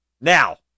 Now